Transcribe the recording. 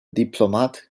diplomat